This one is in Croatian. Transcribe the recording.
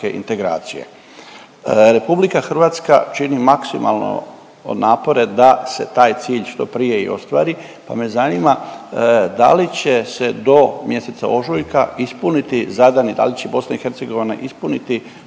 integracije. RH čini maksimalno napore da se taj cilj što prije i ostvari, pa me zanima da li će se do mjeseca ožujka ispuniti zadane zadaće BiH, ispuniti